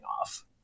off